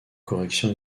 correction